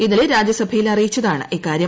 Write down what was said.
ഇന്നലെ രാജ്യസഭയിൽ അറിയിച്ചതാണ് ഇക്കാര്യം